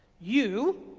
you